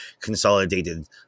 consolidated